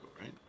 right